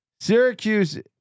Syracuse